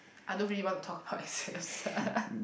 I don't really want to talk about it serious